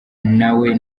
nawe